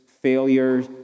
failure